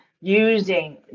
using